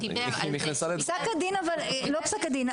פסק הדין דיבר על --- לא פסק הדין,